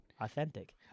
authentic